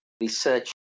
research